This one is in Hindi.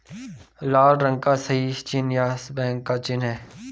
लाल रंग का सही चिन्ह यस बैंक का चिन्ह है